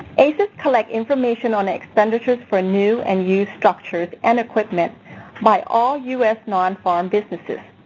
aces collect information on expenditures for new and used structures and equipment by all us non-farm businesses.